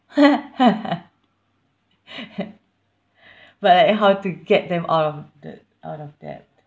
but like how to get them out of the out of debt